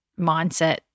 mindset